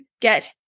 get